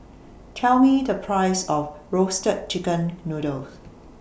Tell Me The Price of Roasted Chicken Noodle